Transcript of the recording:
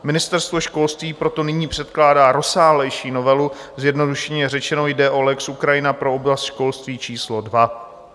Ministerstvo školství proto nyní předkládá rozsáhlejší novelu, zjednodušeně řečeno jde o lex Ukrajina pro oblast školství číslo II.